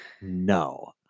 no